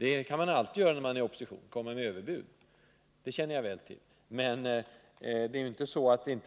Man kan alltid komma med överbud när man befinner sig i opposition. Det känner jag väl till. Men